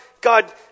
God